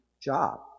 job